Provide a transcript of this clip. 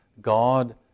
God